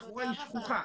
שלכאורה היא שכוחה,